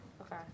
Okay